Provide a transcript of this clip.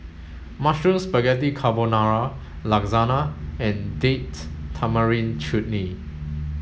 Mushroom Spaghetti Carbonara Lasagna and Date Tamarind Chutney